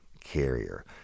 Carrier